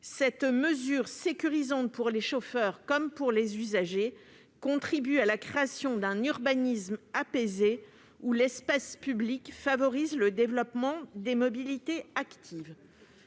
Cette mesure, sécurisante pour les chauffeurs comme pour les usagers, contribue à la création d'un urbanisme apaisé, où l'espace public favorise le développement des mobilités actives.